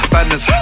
Badness